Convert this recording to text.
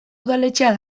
udaletxea